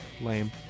lame